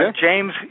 James